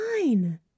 fine